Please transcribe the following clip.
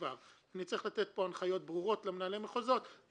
ראשית אני חייבת להתנצל שבניגוד להבטחה שלי שאנחנו נקיים את